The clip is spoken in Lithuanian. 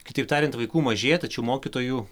kitaip tariant vaikų mažėja tačiau mokytojų